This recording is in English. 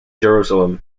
jerusalem